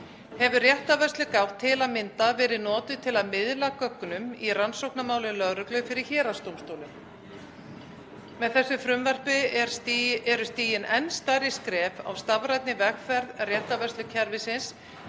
Hefur réttarvörslugátt til að mynda verið notuð til að miðla gögnum í rannsóknarmálum lögreglu fyrir héraðsdómstólum. Með þessu frumvarpi er stigin enn stærri skref á stafrænni vegferð réttarvörslukerfisins